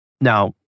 Now